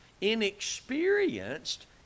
inexperienced